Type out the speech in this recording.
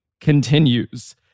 continues